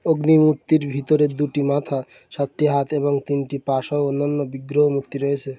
অগ্নিমূর্তির ভিতরে দুটি মাথা সাতটি হাত এবং তিনটি পা সহ অন্যান্য বিগ্রহ মূর্তি রয়েছে